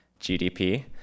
GDP